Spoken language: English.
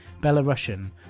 Belarusian